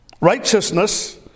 Righteousness